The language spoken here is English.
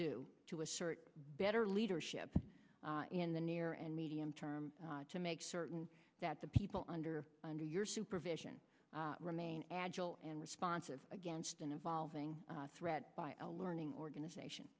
do to assert better leadership in the near and medium term to make certain that the people under under your supervision remain agile and responsive against an evolving threat by a learning organization